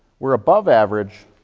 we're above average,